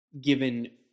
given